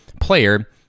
player